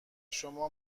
شما